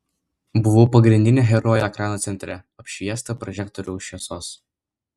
buvau pagrindinė herojė ekrano centre apšviesta prožektorių šviesos